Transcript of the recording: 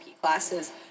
classes